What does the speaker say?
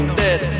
dead